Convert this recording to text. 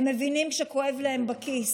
הם מבינים כשכואב להם בכיס.